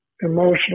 emotional